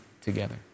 together